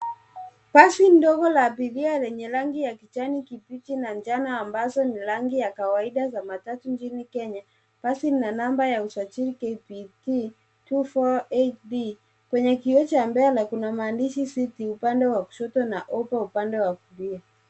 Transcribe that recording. Basi dogo la abiria lenye rangi ya kijani kibichi na njano ambazo ni rangi za kawaida za matatu nchini Kenya. Basi lina namba ya usajili, KBT 248D . Kwenye kioo cha mbele kuna maandishi, city upande wa kushoto na hoppa upande wa kulia.